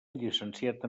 llicenciat